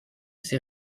sais